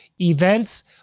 Events